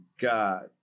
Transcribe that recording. God